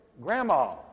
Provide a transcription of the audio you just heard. grandma